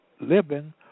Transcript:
living